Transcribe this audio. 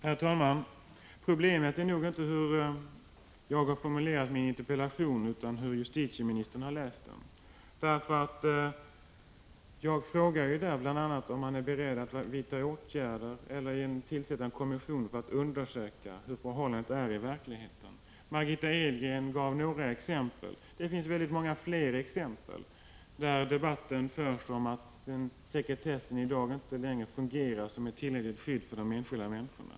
Herr talman! Problemet är nog inte hur jag har formulerat min interpellation, utan hur justitieministern har läst den. Jag frågade ju om man bl.a. är beredd att vidta åtgärder eller att tillsätta en kommission för att undersöka hur det i verkligheten förhåller sig. Margitta Edgren gav några exempel. Det finns många fler exempel, där debatten handlar om att sekretessen i dag inte längre fungerar som ett tillräckligt skydd för de enskilda människorna.